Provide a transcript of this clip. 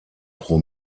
pro